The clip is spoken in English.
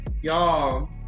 Y'all